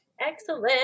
Excellent